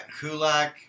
Kulak